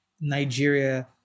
Nigeria